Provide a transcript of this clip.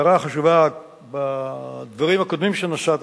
הערה חשובה בדברים הקודמים שנשאת,